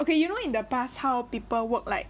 okay you know in the past how people work like